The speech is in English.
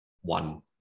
one